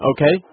Okay